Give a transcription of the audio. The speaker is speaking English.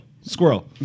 squirrel